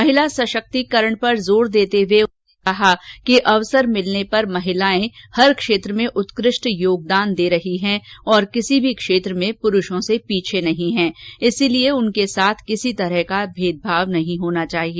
महिला सशक्तिकरण पर जोर देते हुए उन्होंने कहा कि अवसर मिलने पर महिलाएं हर क्षेत्र में उत्कृष्ट योगदान दे रही हैं और किसी भी क्षेत्र में पुरूषों से पीछे नहीं है इसलिए उनके साथ किसी तरह का भेदभाव नहीं होना चाहिए